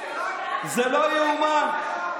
זה לא ייאמן.